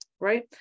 right